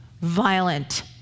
violent